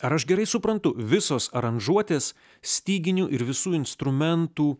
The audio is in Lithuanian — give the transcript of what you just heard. ar aš gerai suprantu visos aranžuotės styginių ir visų instrumentų